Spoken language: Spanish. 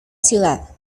ciudad